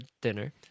dinner